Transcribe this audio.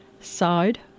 Side